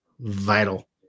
vital